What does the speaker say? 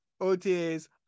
OTAs